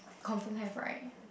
confirm have right